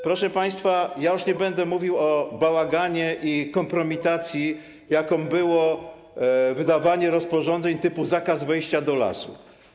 Proszę państwa, już nie będę mówił o bałaganie i kompromitacji, jaką było wydawanie rozporządzeń typu zakaz wejścia do lasu.